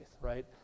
right